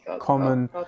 common